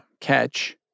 catch